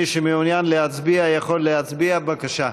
מי שמעוניין להצביע יכול להצביע, בבקשה.